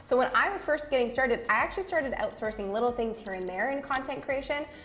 so when i was first getting started, i actually started outsourcing little things here and there in content creation,